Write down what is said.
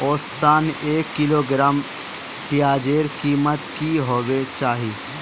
औसतन एक किलोग्राम प्याजेर कीमत की होबे चही?